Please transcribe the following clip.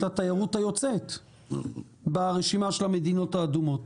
התיירות היוצאת ברשימה של המדינות האדומות,